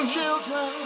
children